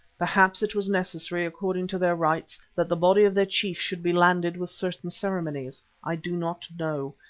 perhaps it was necessary, according to their rites, that the body of their chief should be landed with certain ceremonies. i do not know.